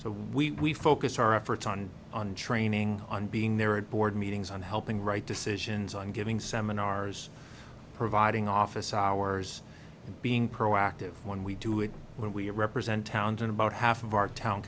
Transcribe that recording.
so we focus our efforts on on training on being there at board meetings on helping right decisions on giving seminars providing office hours and being proactive when we do it when we represent talent and about half of our town